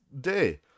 day